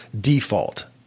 default